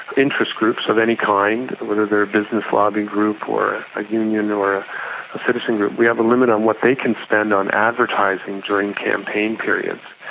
interest groups of any kind, whether they are a business lobby group or a union or a citizen group, we have a limit on what they can spend on advertising during campaign periods.